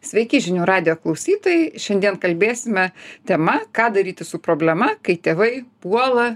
sveiki žinių radijo klausytojai šiandien kalbėsime tema ką daryti su problema kai tėvai puola